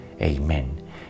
Amen